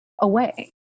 away